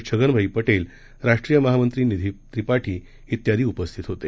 छगनभाईपटेल राष्ट्रीयमहामंत्रीनिधीत्रिपाठी इत्यादीउपस्थितहोते